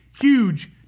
huge